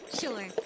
Sure